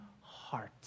heart